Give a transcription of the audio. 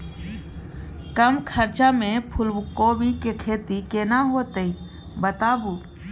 कम खर्चा में फूलकोबी के खेती केना होते बताबू?